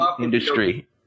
industry